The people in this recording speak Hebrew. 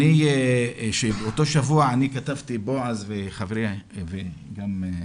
באותו שבוע כתבתי, בועז והיבה